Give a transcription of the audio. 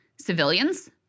civilians